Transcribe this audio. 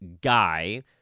guy